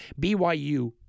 BYU